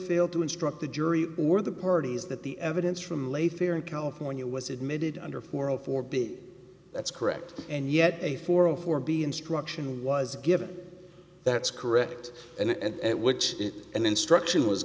failed to instruct the jury or the parties that the evidence from late here in california was admitted under four or four big that's correct and yet a for a for b instruction was given that's correct and at which an instruction was